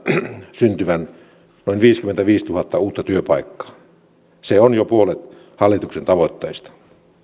syntyvän noin viisikymmentäviisituhatta uutta työpaikkaa se on jo puolet hallituksen tavoitteista